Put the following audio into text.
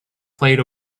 played